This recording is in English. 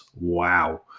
wow